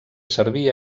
servir